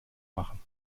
machen